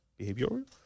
behavioral